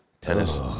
Tennis